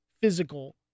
physical